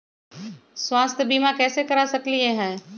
स्वाथ्य बीमा कैसे करा सकीले है?